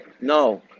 No